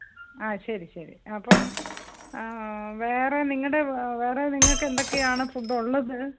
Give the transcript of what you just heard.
ആ ശരി ശരി അപ്പം വേറെ നിങ്ങളുടെ വേറെ നിങ്ങൾക്കെന്തൊക്കെയാണ് ഫുഡ് ഉള്ളത്